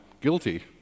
guilty